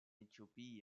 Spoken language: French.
éthiopie